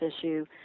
issue